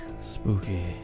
spooky